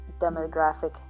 demographic